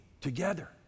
together